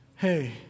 Hey